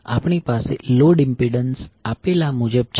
તેથી આપણી પાસે લોડ ઇમ્પિડન્સ આપેલા મુજબ છે